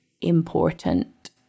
important